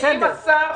התש"ף-2020 אושרה.